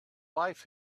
life